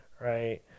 right